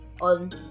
on